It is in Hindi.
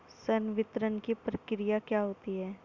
संवितरण की प्रक्रिया क्या होती है?